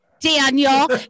Daniel